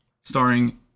starring